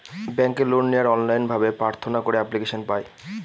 ব্যাঙ্কে লোন নেওয়ার অনলাইন ভাবে প্রার্থনা করে এপ্লিকেশন পায়